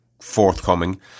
forthcoming